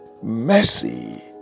Mercy